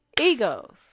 egos